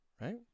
right